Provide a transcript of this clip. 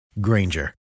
Granger